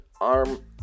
ARM